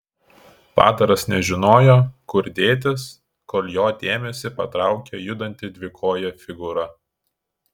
padaras nežinojo kur dėtis kol jo dėmesį patraukė judanti dvikojė figūra